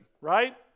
right